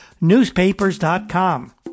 newspapers.com